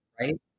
right